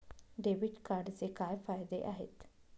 Debit कार्डचे काय फायदे आहेत?